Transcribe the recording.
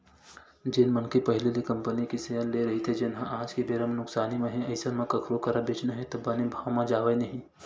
जेन मनखे पहिली ले कंपनी के सेयर लेए रहिथे जेनहा आज के बेरा म नुकसानी म हे अइसन म कखरो करा बेंचना हे त बने भाव म जावय नइ